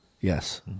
Yes